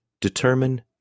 determine